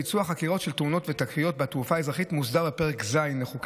ביצוע חקירות של תאונות ותקריות בתעופה האזרחית מוסדר בפרק ז' לחוק